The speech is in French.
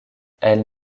elles